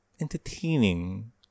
entertaining